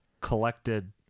collected